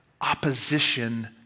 opposition